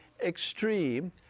extreme